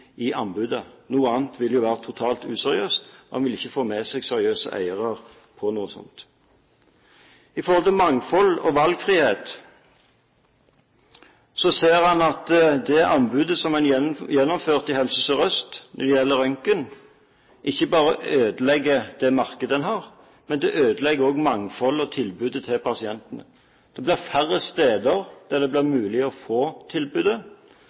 i anbudet. Noe annet ville jo være totalt useriøst. En ville ikke få med seg seriøse aktører på noe slikt. I forhold til mangfold og valgfrihet ser en at det anbudet som en gjennomførte i Helse Sør-Øst når det gjelder røntgen, ikke bare ødelegger det markedet en har, men det ødelegger også mangfoldet og tilbudet til pasientene. Det blir færre steder der det blir mulig å få tilbudet,